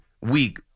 week